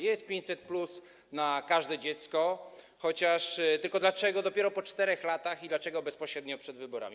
Jest 500+ na każde dziecko, tylko dlaczego dopiero po 4 latach i dlaczego bezpośrednio przed wyborami.